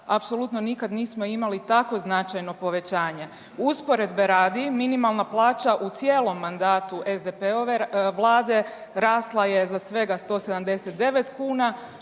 apsolutno nikada nismo imali tako značajno povećanje. Usporedbe radi minimalna plaća u cijelom mandata SDP-ove vlade rasla je za svega 179 kuna